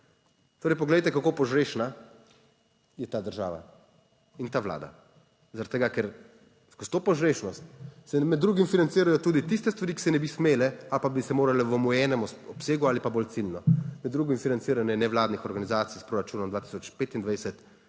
Torej, poglejte kako požrešna je ta država in ta Vlada zaradi tega, ker skozi to požrešnost se med drugim financirajo tudi tiste stvari, ki se ne bi smele ali pa bi se morale v omejenem obsegu ali pa bolj ciljno, med drugim financiranje nevladnih organizacij s proračunom 2025